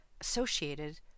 associated